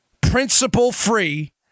principle-free